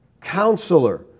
Counselor